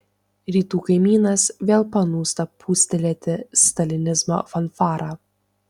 rytų kaimynas vėl panūsta pūstelėti stalinizmo fanfarą